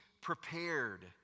prepared